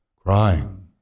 crying